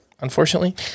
unfortunately